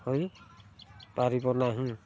ହୋଇପାରିବନାହିଁ